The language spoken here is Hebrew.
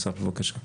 א.ס.ף, בבקשה.